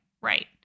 Right